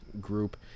group